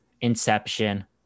Inception